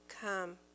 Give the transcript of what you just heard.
come